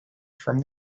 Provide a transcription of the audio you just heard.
from